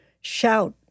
Shout